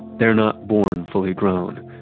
they're not born fully grown.